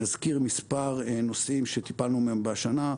נזכיר מספר נושאים שטיפלנו בהם השנה.